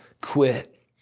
quit